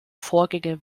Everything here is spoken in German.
vorgänge